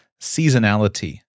seasonality